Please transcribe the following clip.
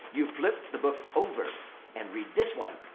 you flip the book over and read this one.